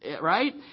right